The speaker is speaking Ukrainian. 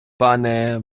пане